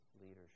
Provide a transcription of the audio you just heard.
leadership